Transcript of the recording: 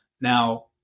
Now